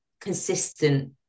consistent